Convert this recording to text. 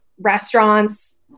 restaurants